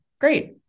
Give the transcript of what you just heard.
Great